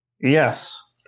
Yes